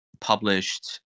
published